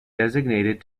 designated